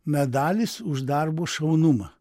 medalis už darbo šaunumą